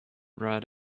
write